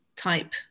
type